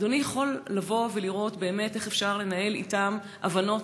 אדוני יכול לבוא ולראות באמת איך אפשר לנהל אתם הבנות,